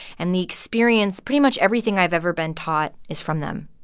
and the experience pretty much everything i've ever been taught is from them.